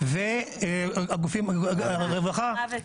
ערבי והרווחה.